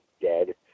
dead